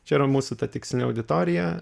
čia yra mūsų ta tikslinė auditorija